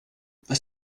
was